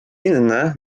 inne